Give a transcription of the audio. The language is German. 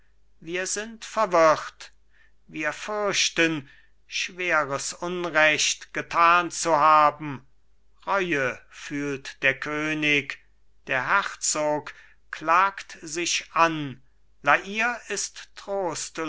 wir sind verwirrt wir fürchten schweres unrecht getan zu haben reue fühlt der könig der herzog klagt sich an la hire ist trostlos